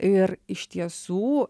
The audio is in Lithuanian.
ir iš tiesų